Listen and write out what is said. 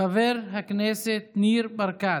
חבר הכנסת ניר ברקת,